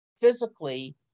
physically